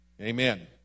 Amen